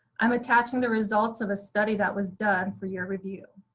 i'm attaching the results of a study that was done for your review.